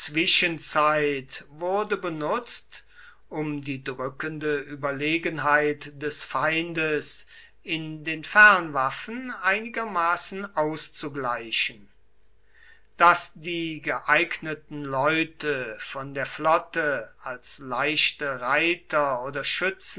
zwischenzeit wurde benutzt um die drückende überlegenheit des feindes in den fernwaffen einigermaßen auszugleichen daß die geeigneten leute von der flotte als leichte reiter oder